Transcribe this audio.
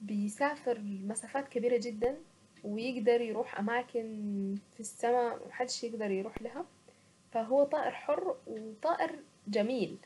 بيسافر لمسافات كبيرة جدا ويقدر يروح اماكن في السماء ما حدش يقدر يروح لها. فهو طائر حر وطائر جميل